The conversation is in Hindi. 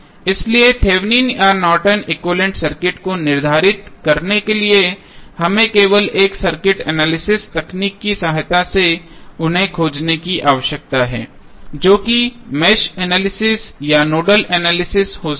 इसलिए थेवेनिन या Norton equivalent circuit Nortons equivalent circuit को निर्धारित करने के लिए हमें केवल एक सर्किट एनालिसिस तकनीक की सहायता से उन्हें खोजने की आवश्यकता है जो कि मेष एनालिसिस या नोडल एनालिसिस हो सकता है